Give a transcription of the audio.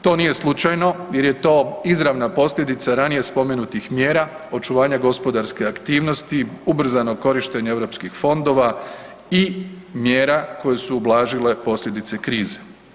To nije slučajno jer je to izravna posljedica ranije spomenutih mjera očuvanja gospodarske aktivnosti i ubrzanog korištenja europskih fondova i mjera koje su ublažile posljedice krize.